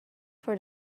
for